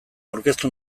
aurkeztu